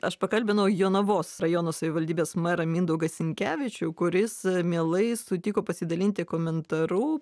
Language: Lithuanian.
aš pakalbinau jonavos rajono savivaldybės merą mindaugą sinkevičių kuris mielai sutiko pasidalinti komentaru